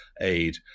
aid